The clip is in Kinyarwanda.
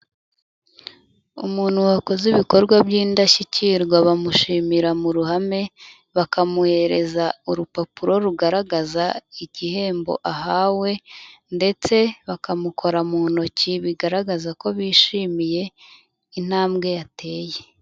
Umuntu wakoze ibikorwa by'indashyikirwa bamushimira mu ruhame, bakamuhereza urupapuro rugaragaza igihembo ahawe, ndetse bakamukora mu ntoki bigaragaza ko bishimiye intambwe yateye.